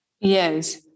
Yes